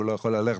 שהוא לא יכול ללכת,